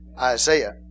Isaiah